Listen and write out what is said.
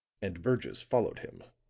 and burgess followed him.